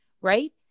right